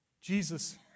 Jesus